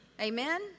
Amen